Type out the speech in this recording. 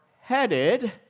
headed